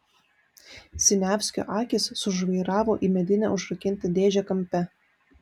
siniavskio akys sužvairavo į medinę užrakintą dėžę kampe